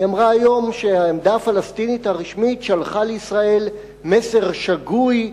היא אמרה היום שהעמדה הפלסטינית הרשמית שלחה לישראל מסר שגוי,